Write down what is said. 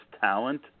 talent